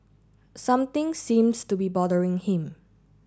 something seems to be bothering him